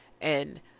and-